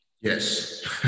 Yes